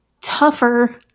tougher